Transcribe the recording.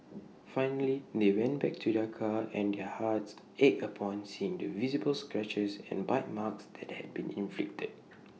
finally they went back to their car and their hearts ached upon seeing the visible scratches and bite marks that had been inflicted